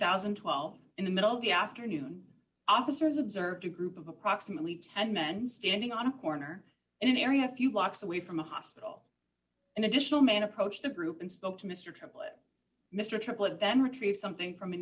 thousand and twelve in the middle of the afternoon officers observed a group of approximately ten men standing on a corner in an area a few blocks away from a hospital an additional man approached the group and spoke to mr triplett mr triplett then retrieve something from a